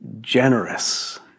generous